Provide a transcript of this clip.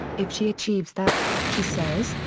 if she achieves that, she says,